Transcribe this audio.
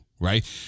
right